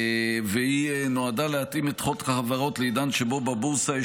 והיא נועדה להתאים את חוק החברות לעידן שבו בבורסה יש